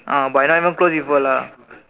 ah but I not even close with her lah